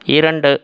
இரண்டு